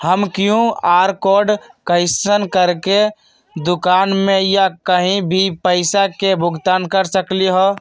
हम QR code scan करके दुकान में या कहीं भी पैसा के भुगतान कर सकली ह?